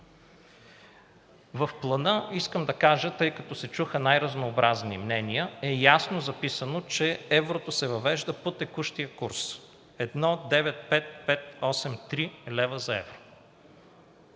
еврото.“ Искам да кажа, тъй като се чуха най-разнообразни мнения, че в Плана е ясно записано, че еврото се въвежда по текущия курс –1,95583 лв. за евро,